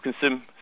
consume